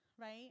right